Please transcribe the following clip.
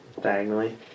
diagonally